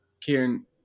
Kieran